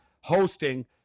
hosting